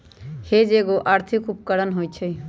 hedge एगो आर्थिक उपकरण होइ छइ